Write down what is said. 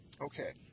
Okay